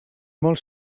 molt